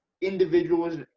individuals